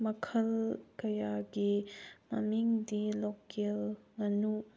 ꯃꯈꯜ ꯀꯌꯥꯒꯤ ꯃꯃꯤꯡꯗꯤ ꯂꯣꯀꯦꯜ ꯉꯥꯅꯨ